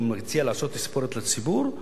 ומציע לעשות תספורת לציבור,